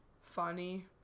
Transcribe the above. funny